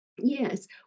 Yes